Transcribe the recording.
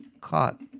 caught